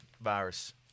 virus